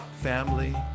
family